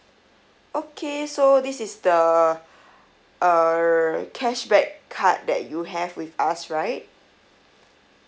okay so this is the err cashback card that you have with us right